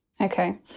Okay